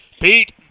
Pete